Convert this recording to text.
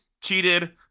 cheated